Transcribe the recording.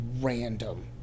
random